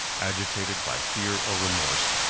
agitated by fear or remorse,